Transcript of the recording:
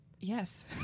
yes